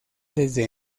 desde